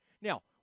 Now